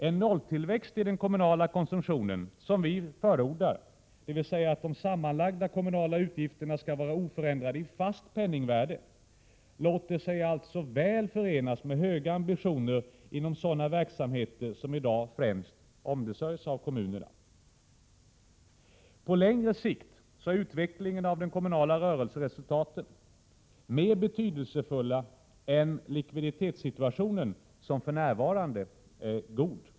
En nolltillväxt i den kommunala konsumtionen, som vi förordar, dvs. att de sammanlagda kommunala utgifterna skall vara oförändrade i fast penningvärde, låter sig alltså väl förena med höga ambitioner inom sådana verksamheter som i dag främst ombesörjs av kommunerna. På längre sikt är utvecklingen av det kommunala rörelseresultatet mer betydelsefull än likviditetssituationen, som för närvarande är god.